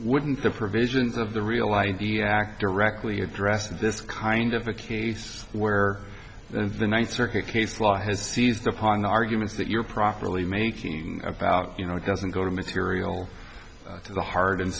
wouldn't the provisions of the real i d act directly address in this kind of a case where the ninth circuit case law has seized upon the arguments that you're properly making about you know it doesn't go to material to the heart and